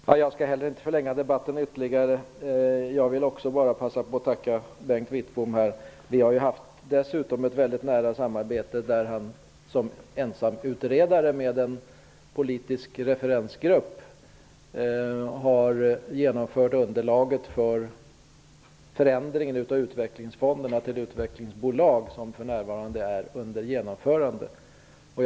Herr talman! Jag skall inte heller förlänga debatten ytterligare. Jag vill bara passa på att tacka Bengt Wittbom. Vi har ju dessutom haft ett mycket nära samarbete när han som ensamutredare med en politisk referensgrupp har tagit fram underlaget för förändringen av utvecklingsfonderna till utvecklingsbolag. Den är under genomförande för närvarande.